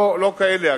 לא כאלה,